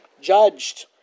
judged